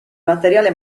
materiale